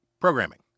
programming